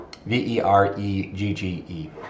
V-E-R-E-G-G-E